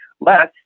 less